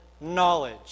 knowledge